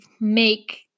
make